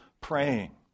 praying